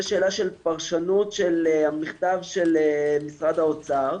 זה שאלה של פרשנות של המכתב של משרד האוצר.